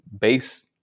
base